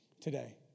today